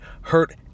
hurt